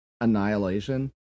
Annihilation